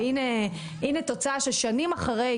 והינה תוצאה של שנים אחרי,